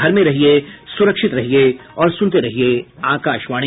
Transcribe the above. घर में रहिये सुरक्षित रहिये और सुनते रहिये आकाशवाणी